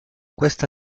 questa